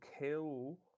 kill